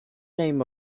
name